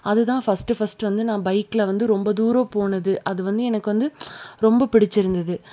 அது தான் first first வந்து நா பைகில் வந்து ரொம்ப தூரம் போனது அது வந்து எனக்கு வந்து ரொம்ப பிடிச்சிருந்துது